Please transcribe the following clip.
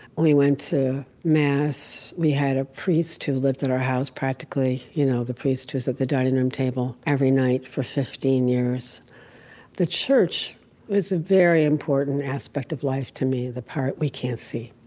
we went to mass. we had a priest who lived at our house practically, you know the priest who's at the dining room table every night for fifteen years the church was a very important aspect of life to me, the part we can't see,